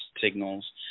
signals